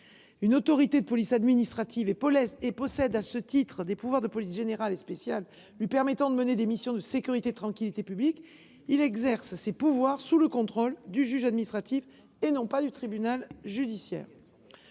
une autorité de police administrative et possède à ce titre des pouvoirs de police générale et spéciale lui permettant de mener des missions de sécurité et de tranquillité publique, il exerce ces pouvoirs sous le contrôle du juge administratif et non pas du tribunal judiciaire.